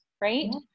right